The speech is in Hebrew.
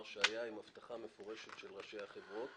שהייתה הבטחה מפורשת של ראשי החברות